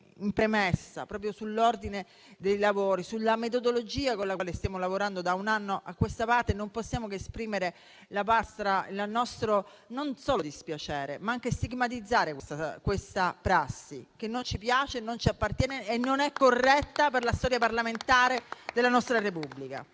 in premessa, sulla metodologia con la quale stiamo lavorando da un anno a questa parte, non solo non possiamo che esprimere il nostro dispiacere, ma anche stigmatizzare questa prassi che non ci piace, non ci appartiene e non è corretta per la storia parlamentare della nostra Repubblica.